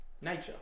nature